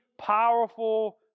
powerful